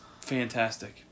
fantastic